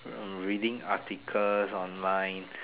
hmm reading articles online